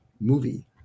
movie